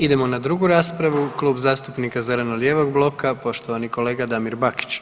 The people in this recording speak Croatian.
Idemo na drugu raspravu, Klub zastupnika zeleno-lijevog bloka, poštovani kolega Damir Bakić.